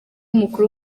mukuru